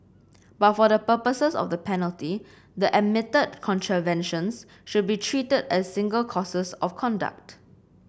but for the purposes of the penalty the admitted contraventions should be treated as single courses of conduct